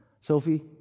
Sophie